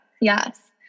Yes